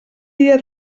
dia